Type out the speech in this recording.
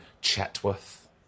Chetworth